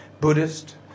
Buddhist